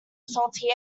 salty